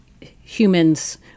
humans